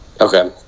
okay